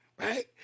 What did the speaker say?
right